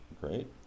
great